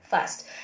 first